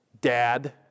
dad